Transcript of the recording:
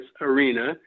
arena